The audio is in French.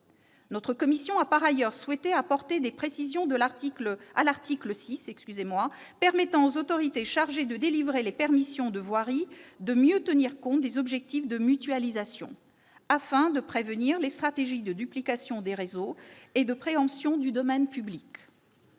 Notre commission a par ailleurs souhaité apporter des précisions à l'article 6, permettant aux autorités chargées de délivrer les permissions de voirie de mieux tenir compte des objectifs de mutualisation afin de prévenir les stratégies de duplication des réseaux ou de préemption du domaine public.